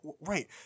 Right